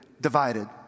divided